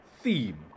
theme